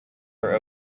are